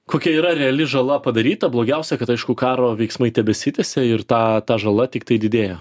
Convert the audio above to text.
kokia yra reali žala padaryta blogiausia kad aišku karo veiksmai tebesitęsia ir tą ta žala tiktai didėja